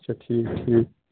اچھا ٹھیٖک ٹھیٖک